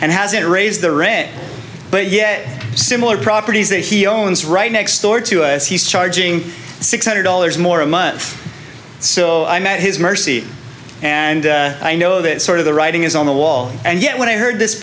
hasn't raised the ranch but yet similar properties that he owns right next door to us he's charging six hundred dollars more a month so i met his mercy and i know that sort of the writing is on the wall and yet when i heard this